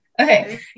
Okay